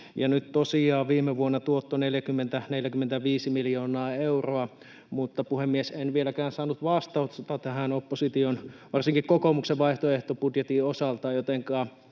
nyt tosiaan viime vuonna tuotto oli 40—45 miljoonaa euroa. Mutta, puhemies, en vieläkään saanut vastausta tähän opposition, varsinkaan kokoomuksen, vaihtobudjetin osalta, että